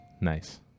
Nice